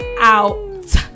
out